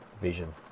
vision